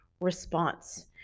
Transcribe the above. response